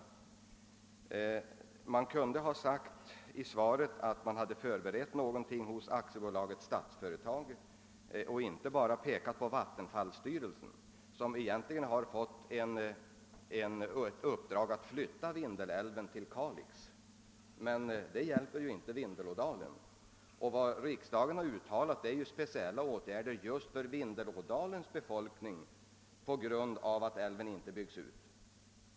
Jag hade väntat att statsrådet kunde ha sagt i svaret att arbetsobjekt förbereds av exempelvis AB Statsföretag eller i samråd med Industriförbundet och inte bara pekat på vattenfallsstyrelsen, som egentligen har fått regeringens uppdrag att flytta Vindelälven till Kalixområdet, något som inte hjälper befolkningen i Vindelälvsdalen. Vad riksdagen har uttalat är att speciella åtgärder bör vidtagas just för Vindelälvsdalens befolkning om älven inte byggs ut.